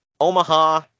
Omaha